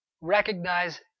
recognize